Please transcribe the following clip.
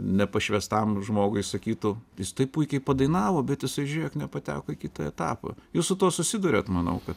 nepašvęstam žmogui sakytų jis taip puikiai padainavo bet jisai žiūrėk nepateko į kitą etapą jūs su tuo susiduriat manau kad